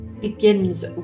begins